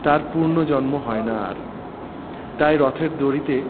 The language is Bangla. তার পুনর্জন্ম হয় না আর তাই রথের দড়িতে